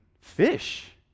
fish